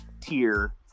tier